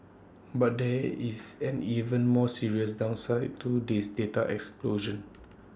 but there is an even more serious downside to this data explosion